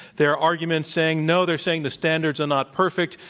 their argument's saying, no, they're saying, the standards are not perfect.